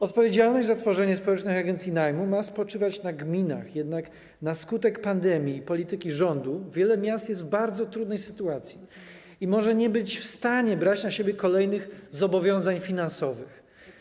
Odpowiedzialność za tworzenie społecznych agencji najmu ma spoczywać na gminach, jednak na skutek pandemii i polityki rządu wiele miast jest w bardzo trudnej sytuacji i może nie być w stanie brać na siebie kolejnych zobowiązań finansowych.